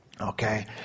Okay